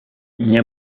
nie